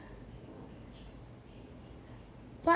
what